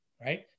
right